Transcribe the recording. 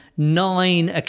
nine